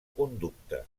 conducte